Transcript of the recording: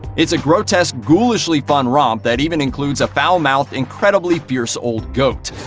it's a grotesque, ghoulishly fun romp that even includes a foul-mouthed, incredibly fierce old goat.